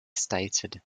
stated